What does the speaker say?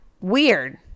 Weird